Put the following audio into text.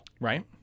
Right